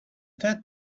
that